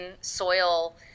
soil